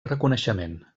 reconeixement